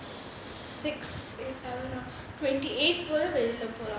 six eh seven twenty april போல வெளிய போலாம்:pola veliya polaam